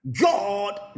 God